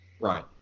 Right